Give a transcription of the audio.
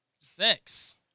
sex